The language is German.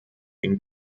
den